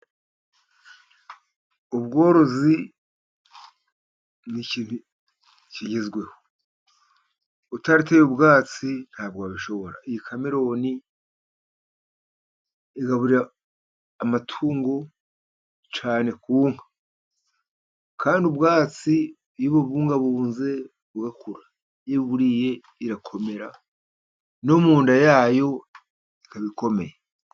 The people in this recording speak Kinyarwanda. Ubworozi ni ikintu kigezweho utateye ubwatsi ntabwo wabishobora. Iyi kameroni igaburira amatungo cyane ku nka kandi ubwatsi iyo ububungabunze bugakura iyo iburiye irakomera no mu nda yayo ikaba ikomeye.